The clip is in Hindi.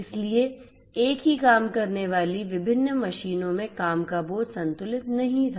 इसलिए एक ही काम करने वाली विभिन्न मशीनों में काम का बोझ संतुलित नहीं था